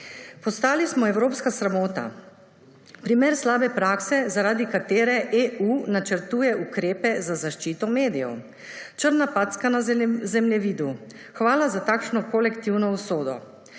Postali smo evropska sramota, primer slabe prakse, zaradi katere EU načrtuje ukrepe za zaščito medijev. Črna packa na zemljevidu. Hvala za takšno kolektivno usodo.